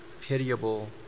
pitiable